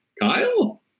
Kyle